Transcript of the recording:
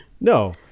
No